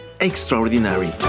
extraordinary